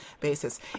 basis